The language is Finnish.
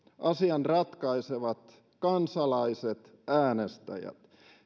asian ratkaisevat kansalaiset äänestäjät